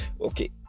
Okay